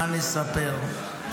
מה נספר.